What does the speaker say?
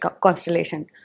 constellation